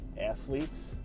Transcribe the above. athletes